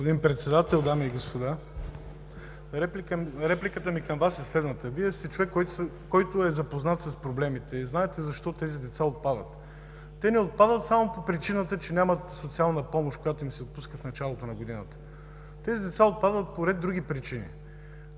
(ОП): Господин Председател, дами и господа! Репликата ми към Вас е следната: Вие сте човек, който е запознат с проблемите, и знаете защо тези деца отпадат. Те не отпадат само по причината, че нямат социална помощ, която им се отпуска в началото на годината. Тези деца отпадат по ред други причини.